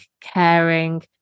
caring